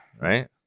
right